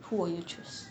who will you choose